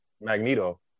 Magneto